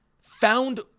found